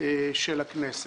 של הכנסת.